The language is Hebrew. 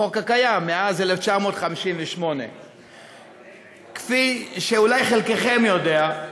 בחוק, שקיים מאז 1958. כפי שאולי חלקכם יודעים,